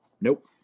Nope